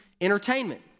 entertainment